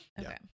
Okay